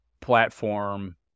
platform